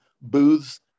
booths